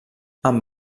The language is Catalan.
amb